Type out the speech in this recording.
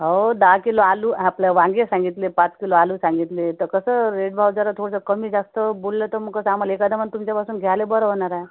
हो दहा किलो आलू आपलं वांगे सांगितले पाच किलो आलू सांगितले तर कसं रेट भाव जरा थोडंसं कमीजास्त बोललं तर मग कसं आम्हाला एका दमानं तुमच्यापासून घ्यायला बरं होणार आहे